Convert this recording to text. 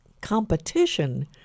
competition